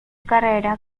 carrera